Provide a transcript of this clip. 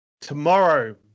Tomorrow